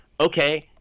okay